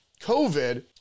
COVID